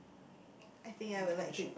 I think I would like to